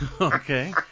Okay